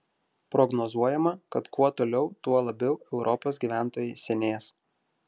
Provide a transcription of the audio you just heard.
prognozuojama kad kuo toliau tuo labiau europos gyventojai senės